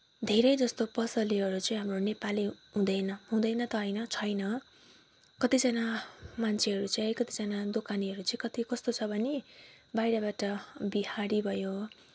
धेरै जस्तो पसलेहरू चाहिँ हाम्रो नेपाली हुँदैन हुँदैन त होइन छैन कतिजना मान्छेहरू चाहिँ कतिजना दोकानेहरू चाहिँ कति कस्तो छ भने बाहिरबाट बिहारी भयो